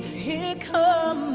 here come